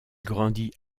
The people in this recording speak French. grandit